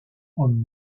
hommes